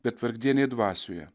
bet vargdieniai dvasioje